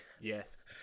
Yes